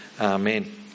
Amen